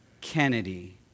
Kennedy